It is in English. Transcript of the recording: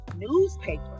newspaper